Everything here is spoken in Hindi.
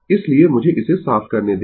इसलिए मुझे इसे साफ करने दें